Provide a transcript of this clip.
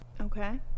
Okay